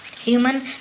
Human